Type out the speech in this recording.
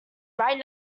right